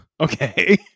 Okay